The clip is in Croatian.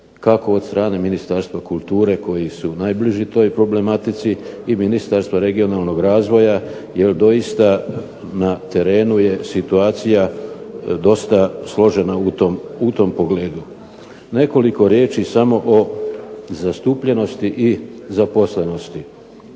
kako od strane Ministarstva kulture koji su najbliži toj problematici i Ministarstvo regionalnog razvoja jer doista na terenu je situacija dosta složena u tom pogledu. Nekoliko riječi samo o zastupljenosti i zaposlenosti.